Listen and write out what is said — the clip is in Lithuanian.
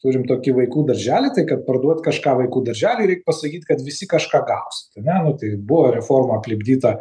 turim tokį vaikų darželį tai kad parduot kažką vaikų darželiui reik pasakyt kad visi kažką gaus ar ne nu tai buvo reforma aplipdyta